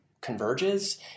converges